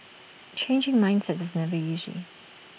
changing mindsets is never easy